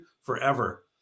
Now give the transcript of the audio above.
forever